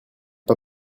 pas